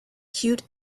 cute